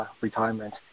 retirement